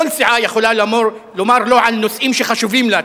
כל סיעה יכולה לומר לא על נושאים שחשובים לה,